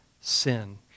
sin